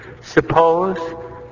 Suppose